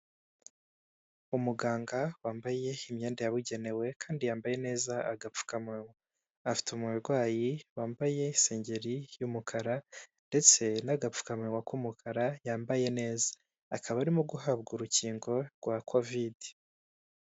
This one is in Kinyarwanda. Umuganga wambaye imyenda yabugenewe kandi yambaye neza agapfukamunwa, afite umurwayi wambaye isengeri y'umukara ndetse n'agapfukamuwa k'umukara yambaye neza, akaba arimo guhabwa urukingo rwa Kovide.